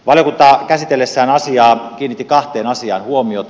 valiokunta käsitellessään asiaa kiinnitti kahteen asiaan huomiota